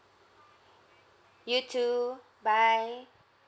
you too bye